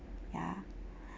ya